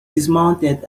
dismounted